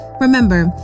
Remember